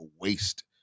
waste